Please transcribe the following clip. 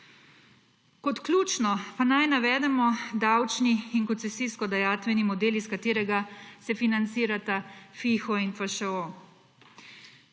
Kot ključno pa naj navedemo davčni in koncesijskodajatveni model, iz katerega se financirata FIHO in FŠO.